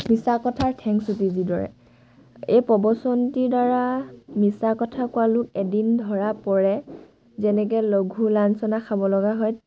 মিছা কথাৰ ঠেং চুটি যিদৰে এই প্ৰবচনটিৰ দ্বাৰা মিছা কথা কোৱা লোক এদিন ধৰা পৰে যেনেকে লঘু লাঞ্চনা খাব লগা হয়